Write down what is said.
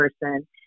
person